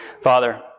Father